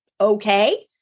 okay